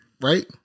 right